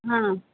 हाँ